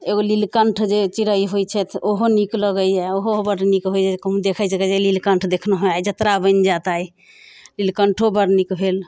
एगो लीलकंठ जे चिड़ै होइत छथि ओहो नीक लगैया ओहो बड्ड नीक होइया कहूँ देखैत छियै तऽ लीलकण्ठ देखलहुँ हँ आइ जतरा बनि जाएत आइ लीलकण्ठो बड्ड नीक भेल